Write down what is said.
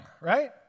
Right